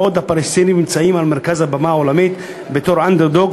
בעוד הפלסטינים נמצאים במרכז הבמה העולמית בתור "אנדרדוג",